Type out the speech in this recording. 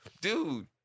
Dude